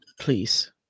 please